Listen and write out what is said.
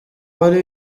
wari